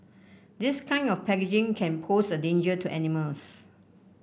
this kind of packaging can pose a danger to animals